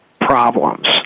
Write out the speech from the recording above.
problems